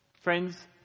Friends